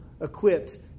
equipped